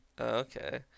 okay